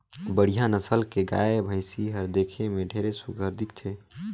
बड़िहा नसल के गाय, भइसी हर देखे में ढेरे सुग्घर दिखथे